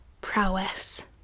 prowess